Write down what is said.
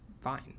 fine